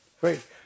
Great